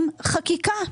עם חקיקה.